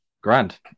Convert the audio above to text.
Grand